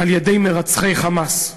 על-ידי מרצחי "חמאס".